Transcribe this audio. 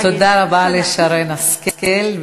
תודה רבה לשרן השכל.